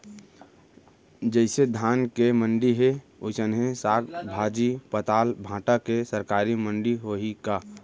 जइसे धान के मंडी हे, वइसने साग, भाजी, पताल, भाटा के सरकारी मंडी होही का?